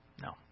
no